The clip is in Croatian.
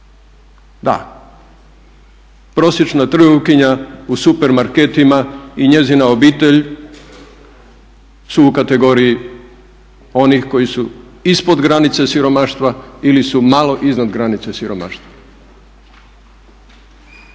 Da, prosječna trgovkinja u supermarketima i njezina obitelj su u kategoriji onih koji su ispod granice siromaštva ili su malo iznad granice siromaštva.